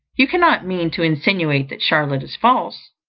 you cannot mean to insinuate that charlotte is false.